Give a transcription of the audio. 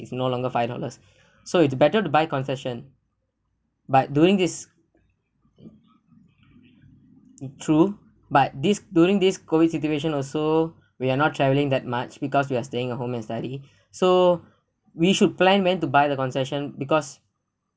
it's no longer five dollars so it's better to buy concession but during this true but this during this COVID situation also we're not travelling that much because we are staying at home and study so we should plan went to buy the concession because